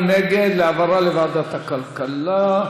מי נגד העברה לוועדת הכלכלה?